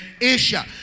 Asia